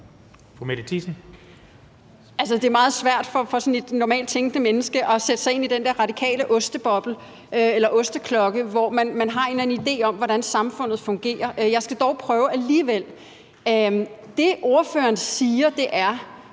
Det er meget svært for sådan et normalttænkende menneske at sætte sig ind i den der radikale osteklokke, hvor man har en eller anden idé om, hvordan samfundet fungerer. Jeg skal dog prøve alligevel. Det, ordføreren siger, er,